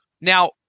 Now